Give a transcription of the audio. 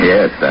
Yes